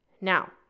Now